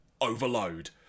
overload